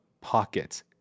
pockets